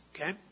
Okay